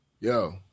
yo